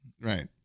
Right